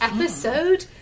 Episode